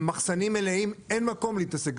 מחסנים מלאים, אין מקום להתעסק.